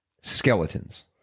Skeletons